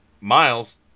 Miles